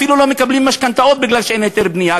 אפילו לא מקבלים משכנתאות בגלל שאין היתר בנייה,